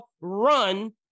run